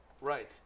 Right